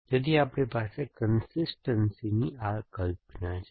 તેથી આપણી પાસે કન્સિસ્ટનસીની આ કલ્પના છે